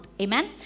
amen